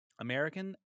American